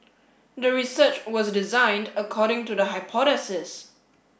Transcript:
the research was designed according to the hypothesis